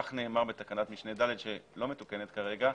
כך נאמר בתקנת משנה (ד) שלא מתוקנת כרגע,